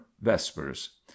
vespers